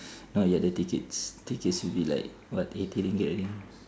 not yet the tickets tickets will be like what eighty ringgit I think